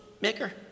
maker